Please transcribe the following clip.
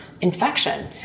infection